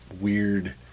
weird